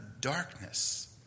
darkness